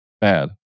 Bad